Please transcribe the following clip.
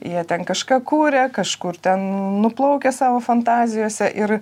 jie ten kažką kuria kažkur ten nuplaukia savo fantazijose ir